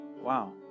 Wow